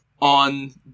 on